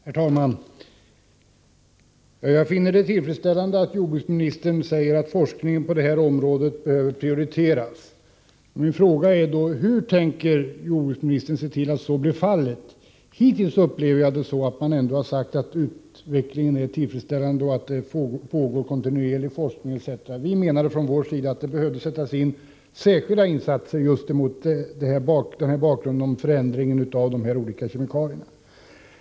Herr talman! Jag finner det tillfredsställande att jordbruksministern säger att forskningen på detta område bör prioriteras. Min fråga är då: Hur tänker jordbruksministern se till att det blir fallet? Hittills har jag upplevt det så att han ändå sagt att utvecklingen är tillfredsställande och att det pågår kontinuerlig forskning. Vi menar från vår sida att man behöver göra särskilda insatser på detta område mot bakgrunden av förändringen av dessa olika kemikalier.